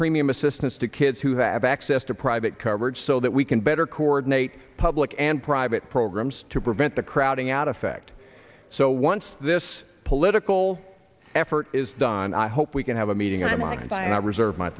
premium assistance to kids who have access to private coverage so that we can better coordinate pub look and private programs to prevent the crowding out effect so once this political effort is done i hope we can have a meeting